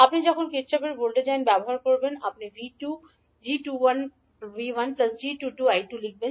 আপনি যখন কির্চফের ভোল্টেজ আইন ব্যবহার করবেন আপনি 𝐕2 𝐠21𝐕1 𝐠22𝐈2 লিখবেন